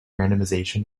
randomization